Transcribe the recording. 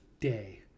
day